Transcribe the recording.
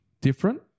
different